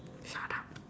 shut up